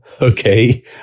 Okay